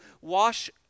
wash